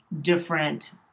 different